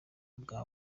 bwa